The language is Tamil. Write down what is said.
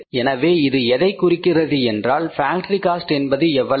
எனவே இது எதைக் குறிக்கிறது என்றால் ஃபேக்டரி காஸ்ட் என்பது எவ்வளவு